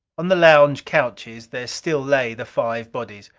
on the lounge couches there still lay the five bodies.